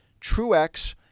Truex